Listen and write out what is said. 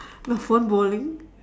the phone bowling